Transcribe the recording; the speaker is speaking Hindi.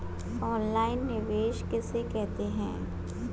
ऑनलाइन निवेश किसे कहते हैं?